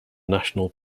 national